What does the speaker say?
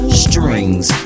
strings